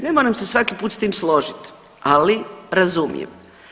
Ne moram se svaki put s tim složiti, ali razumijem.